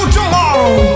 tomorrow